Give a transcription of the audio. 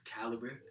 caliber